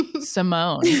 Simone